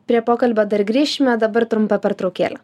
prie pokalbio dar grįšime dabar trumpa pertraukėlė